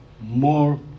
more